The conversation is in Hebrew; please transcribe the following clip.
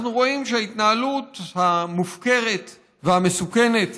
אנחנו רואים שההתנהלות המופקרת והמסוכנת